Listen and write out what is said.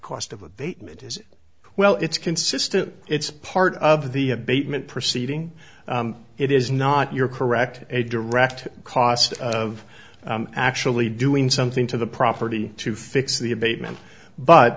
is well it's consistent it's part of the abatement proceeding it is not you're correct a direct cost of actually doing something to the property to fix the abatement but